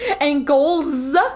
Ankles